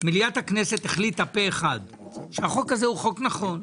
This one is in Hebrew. מליאת הכנסת החליטה פה אחד שהחוק הזה הוא חוק נכון,